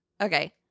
Okay